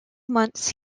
months